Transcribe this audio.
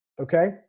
Okay